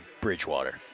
Bridgewater